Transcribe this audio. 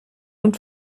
und